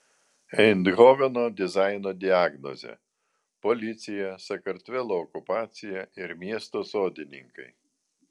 eindhoveno dizaino diagnozė policija sakartvelo okupacija ir miesto sodininkai